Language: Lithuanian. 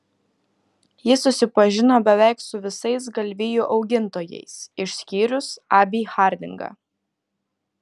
ji susipažino beveik su visais galvijų augintojais išskyrus abį hardingą